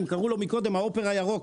הם קראו לו קודם "ההופר הירוק".